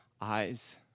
eyes